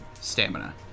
stamina